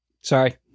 Sorry